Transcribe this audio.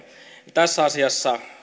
tässä asiassa